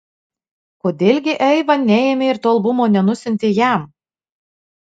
kodėl gi eiva neėmė ir to albumo nenusiuntė jam